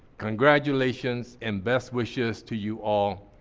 congratulations, and best wishes to you all.